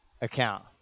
account